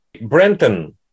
Brenton